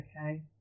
okay